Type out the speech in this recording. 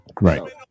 Right